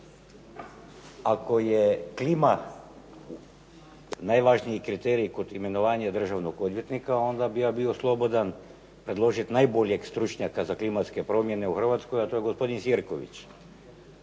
Ako je klima najvažniji kriterij kod imenoanja državnog odvjetnika onda bih ja bio slobodan predložit najboljeg stručnjaka za klimatske promjene u Hrvatskoj, a to je gospodin Sirković.